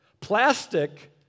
Plastic